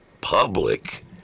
public